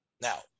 Now